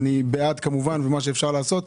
אני בעד מה שאפשר לעשות,